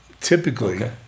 Typically